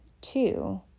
two